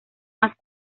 más